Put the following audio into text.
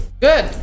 Good